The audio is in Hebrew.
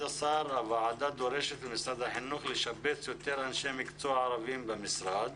הוועדה דורשת ממשרד החינוך לשבץ יותר אנשי מקצוע ערבים במשרד.